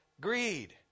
greed